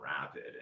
rapid